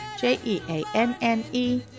J-E-A-N-N-E